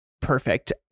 perfect